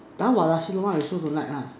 how about nasi-lemak you also don't like lah